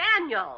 Daniel